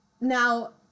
now